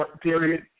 period